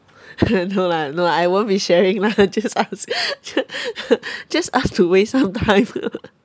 no lah no I won't be sharing lah just ask just just ask to waste some time